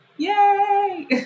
Yay